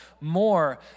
more